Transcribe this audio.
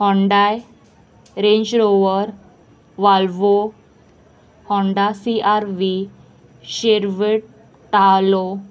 Hyundai Range Rover Volvo Honda C R V शिरवेट तालो